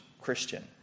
Christian